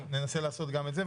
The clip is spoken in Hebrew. ננסה לעשות גם את זה.